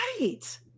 Right